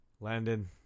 Landon